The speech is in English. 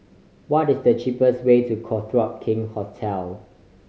what is the cheapest way to Copthorne King Hotel